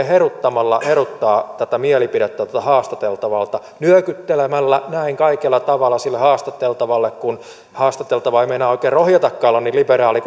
heruttamalla heruttaa tätä mielipidettä haastateltavalta nyökyttelemällä kaikella tavalla sille haastateltavalle kun haastateltava ei meinaa oikein rohjetakaan olla niin liberaali